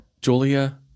Julia